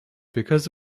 because